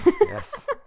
yes